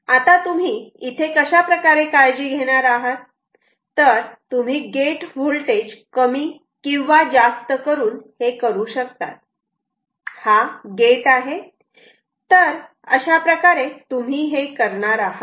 आता तुम्ही इथे कशा प्रकारे काळजी घेणार आहात तर तुम्ही गेट व्होल्टेज कमी किंवा जास्त करुन हे करू शकतात हा गेट आहे तर अशा प्रकारे तुम्ही करणार आहात